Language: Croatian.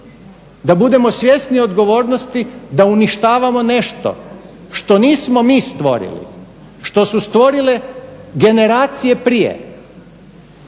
da budemo svjesni odgovornosti da uništavamo nešto što nismo mi stvorili, što su stvorile generacije prije,